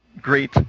great